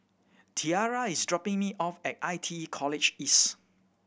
Tiarra is dropping me off at I T E College East